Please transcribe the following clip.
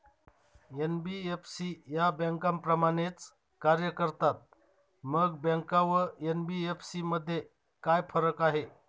NBFC या बँकांप्रमाणेच कार्य करतात, मग बँका व एन.बी.एफ.सी मध्ये काय फरक आहे?